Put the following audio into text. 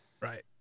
Right